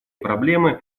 проблемы